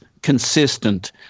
Consistent